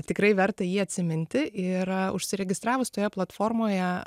tikrai verta jį atsiminti ir užsiregistravus toje platformoje